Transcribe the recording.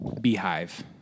beehive